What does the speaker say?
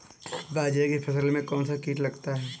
बाजरे की फसल में कौन सा कीट लगता है?